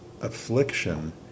affliction